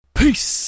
Peace